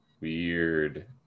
Weird